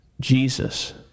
Jesus